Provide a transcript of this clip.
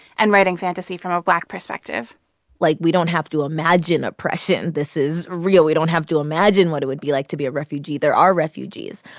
and writing fantasy from a black perspective like, we don't have to imagine oppression. this is real. we don't have to imagine what it would be like to be a refugee. there are refugees.